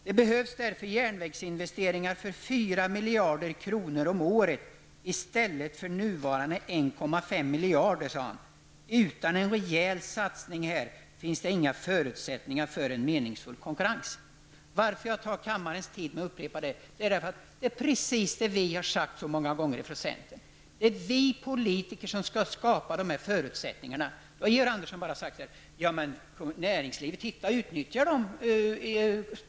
Det behövs därför järnvägsinvesteringar för 4 miljarder kronor om året i stället för nuvarande 1,5 miljarder, sade han. Utan en rejäl satsning finns det inga förutsättningar för meningsfull konkurrens, menade han. Varför tar jag kammarens tid med att upprepa detta? Det är precis vad vi sagt så många gånger från centern. Det är vi politiker som skall skapa förutsättningarna. Men Georg Andersson har sagt att näringslivet får utnyttja spåren.